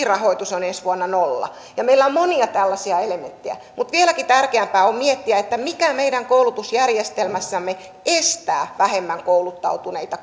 rahoitus on ensi vuonna nolla meillä on monia tällaisia elementtejä mutta vieläkin tärkeämpää on miettiä mikä meidän koulutusjärjestelmässämme estää vähemmän kouluttautuneita